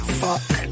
fuck